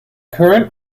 current